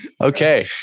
Okay